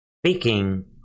speaking